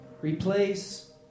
replace